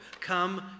Come